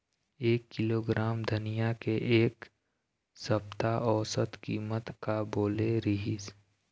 एक किलोग्राम धनिया के एक सप्ता औसत कीमत का बोले रीहिस?